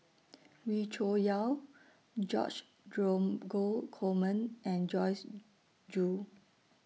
Wee Cho Yaw George Dromgold Coleman and Joyce Jue